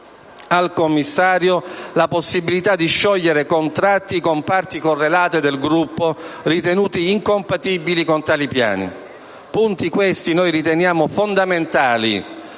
al commissario di sciogliere contratti con parti correlate del gruppo ritenuti incompatibili con tali piani; punti, questi, che noi riteniamo fondamentali